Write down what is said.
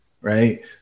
right